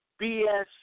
BS